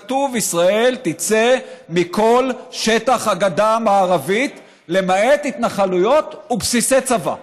כתוב: ישראל תצא מכל שטח הגדה המערבית למעט התנחלויות ובסיסי צבא.